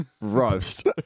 Roast